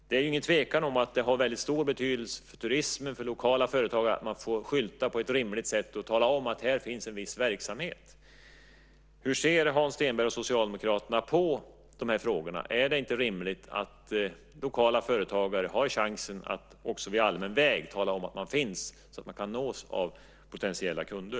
Det är ingen tvekan om att det har väldigt stor betydelse för turismen och för lokala företagare att man får skylta på ett rimligt sätt och tala om att här finns en viss verksamhet. Hur ser Hans Stenberg och Socialdemokraterna på de här frågorna? Är det inte rimligt att lokala företagare har chansen att också vid allmän väg tala om att de finns så att de kan nås av potentiella kunder?